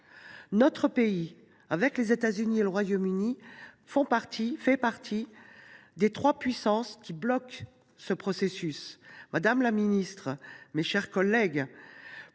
Notre pays, avec les États Unis et le Royaume Uni, fait partie des trois puissances bloquant ce processus. Madame la secrétaire d’État, mes chers collègues,